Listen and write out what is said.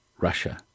Russia